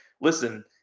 listen